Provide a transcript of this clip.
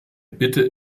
bitte